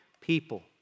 people